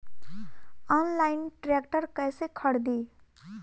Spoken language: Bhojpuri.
आनलाइन ट्रैक्टर कैसे खरदी?